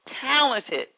talented